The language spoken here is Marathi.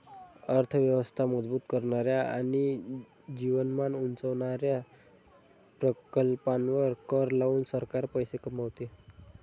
अर्थ व्यवस्था मजबूत करणाऱ्या आणि जीवनमान उंचावणाऱ्या प्रकल्पांवर कर लावून सरकार पैसे कमवते